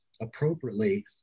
appropriately